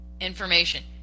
information